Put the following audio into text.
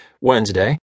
Wednesday